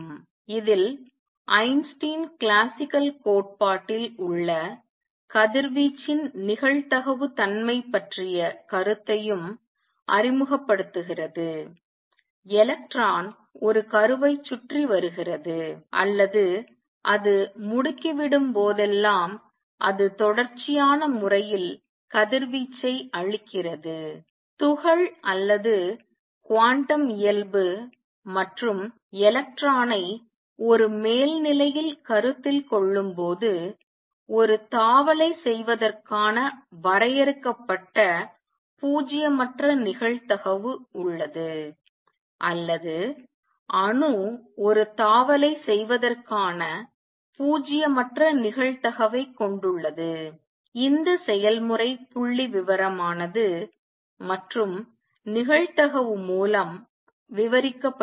இதில் Einstein classical கோட்பாட்டில் உள்ள கதிர்வீச்சின் நிகழ்தகவு தன்மை பற்றிய கருத்தையும் அறிமுகப்படுத்துகிறது எலக்ட்ரான் ஒரு கருவைச் சுற்றி வருகிறது அல்லது அது முடுக்கிவிடும்போதெல்லாம் அது தொடர்ச்சியான முறையில் கதிர்வீச்சை அளிக்கிறது துகள் அல்லது குவாண்டம் இயல்பு மற்றும் எலக்ட்ரானை ஒரு மேல் நிலையில் கருத்தில் கொள்ளும்போது ஒரு தாவலை செய்வதற்கான வரையறுக்கப்பட்ட பூஜ்ஜியமற்ற நிகழ்தகவு உள்ளது அல்லது அணு ஒரு தாவலை செய்வதற்கான பூஜ்ஜியமற்ற நிகழ்தகவைக் கொண்டுள்ளது இந்த செயல்முறை புள்ளிவிவரமானது மற்றும் நிகழ்தகவு மூலம் விவரிக்கப்படுகிறது